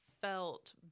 felt